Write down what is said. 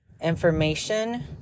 information